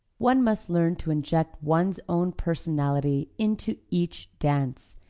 one must learn to inject one's own personality into each dance,